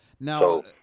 Now